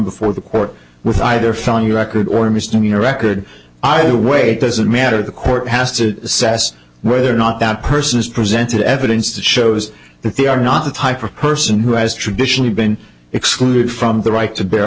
before the court with either felony record or a misdemeanor record either way it doesn't matter the court has to assess whether or not that person is presented evidence that shows that they are not the type of person who has traditionally been excluded from the right to bear